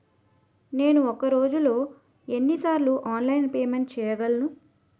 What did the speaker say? నేను ఒక రోజులో ఎన్ని సార్లు ఆన్లైన్ పేమెంట్ చేయగలను?